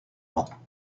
vent